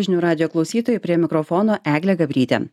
žinių radijo klausytojai prie mikrofono eglė gabrytė